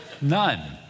None